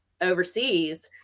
overseas